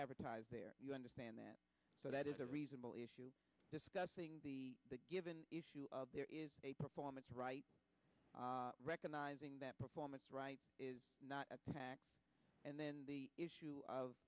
advertise there you understand that but that is a reasonable issue discussing the given issue there is a performance right recognizing that performance right is not a tax and then the issue of